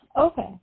Okay